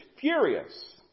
furious